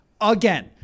again